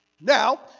Now